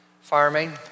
farming